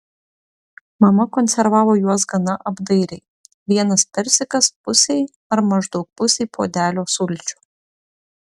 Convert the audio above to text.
mama konservavo juos gana apdairiai vienas persikas pusei ar maždaug pusei puodelio sulčių